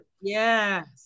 Yes